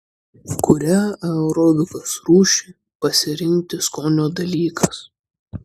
kurią aerobikos rūšį pasirinkti skonio dalykas